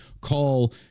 call